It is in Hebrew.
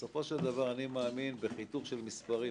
בסופו של דבר אני מאמין בחיתוך של מספרים,